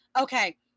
Okay